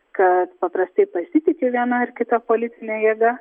kad paprastai pasitiki viena ar kita politine jėga